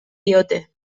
diote